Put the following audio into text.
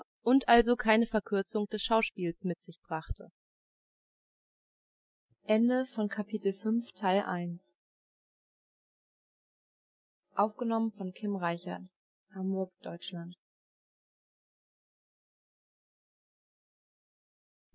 und also keine verkürzung des schauspieles mit sich brachte